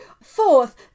fourth